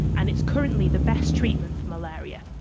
and it's currently the best treatment for malaria.